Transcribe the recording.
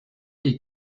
die